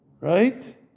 right